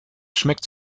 schmeckt